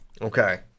Okay